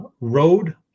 road